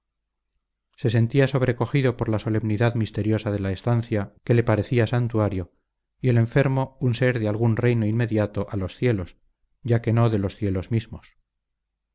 se sentía sobrecogido por la solemnidad misteriosa de la estancia que le parecía santuario y el enfermo un ser de algún reino inmediato a los cielos ya que no de los cielos mismos